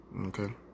Okay